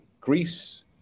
Greece